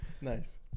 nice